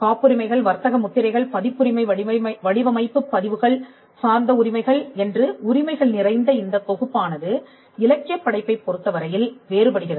காப்புரிமைகள் வர்த்தக முத்திரைகள் பதிப்புரிமை வடிவமைப்பு பதிவுகள் சார்ந்த உரிமைகள் என்று உரிமைகள் நிறைந்த இந்த தொகுப்பானது இலக்கியப் படைப்பைப் பொருத்தவரையில் வேறுபடுகிறது